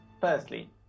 firstly